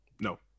no